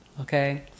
okay